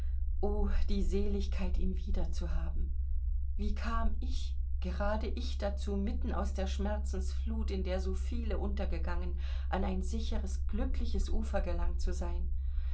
die seligkeit ihn wieder zu haben wie kam ich gerade ich dazu mitten aus der schmerzensflut in der so viele untergegangen an ein sicheres glückliches ufer gelangt zu sein